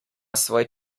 svoj